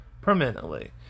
permanently